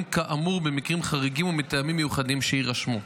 כאמור במקרים חריגים ומטעמים מיוחדים שיירשמו.